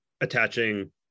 attaching